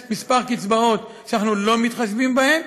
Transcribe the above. יש כמה קצבאות שאנחנו לא מתחשבים בהן,